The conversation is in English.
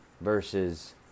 versus